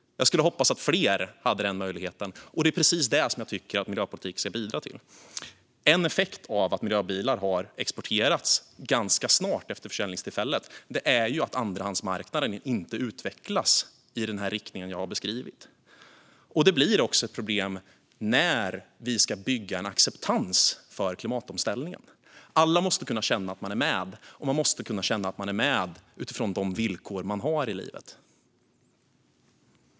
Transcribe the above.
Jag skulle hoppas att fler hade den möjligheten, och det är precis det som jag tycker att miljöpolitik ska bidra till. En effekt av att miljöbilar exporterats ganska snart efter försäljningstillfället är att andrahandsmarknaden inte utvecklats i den riktning jag beskrivit. Detta blir också ett problem när vi ska bygga en acceptans för klimatomställningen. Alla måste kunna känna att de är med utifrån de villkor de har i livet.